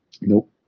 Nope